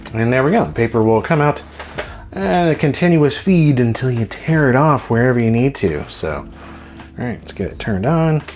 in there we go. the and paper will come out and a continuous feed until you tear it off wherever you need to. so all right let's get it turned on,